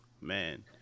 man